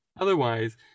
Otherwise